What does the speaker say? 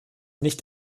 nicht